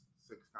six